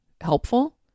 helpful